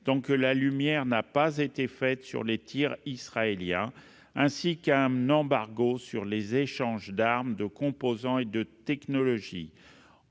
tant que la lumière n'aura pas été faite sur les tirs israéliens, à décider un embargo sur les échanges d'armes, de composants et de technologies